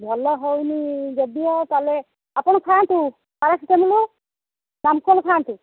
ଭଲ ହେଉନି ଯଦିଓ ତାହେଲେ ଆପଣ ଖାଆନ୍ତୁ ପାରାସିଟାମଲ୍ ନାମ୍କୋଲଡ଼୍ ଖାଆନ୍ତୁ